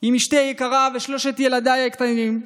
עם אשתי היקרה ושלושת ילדיי הקטנים.